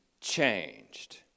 changed